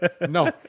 No